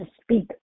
speak